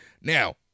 Now